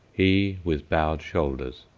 he with bowed shoulders,